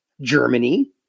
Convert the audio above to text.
Germany